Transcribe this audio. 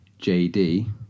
JD